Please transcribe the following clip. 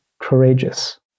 courageous